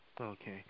Okay